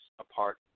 apart